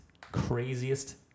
craziest